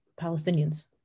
palestinians